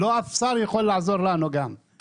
אף שר לא יכול לעזור לנו גם בחוק שנמצא עכשיו.